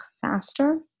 faster